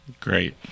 Great